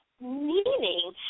meaning